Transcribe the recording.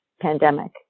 pandemic